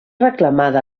reclamada